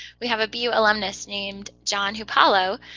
we have a bu alumnus named john hupalo,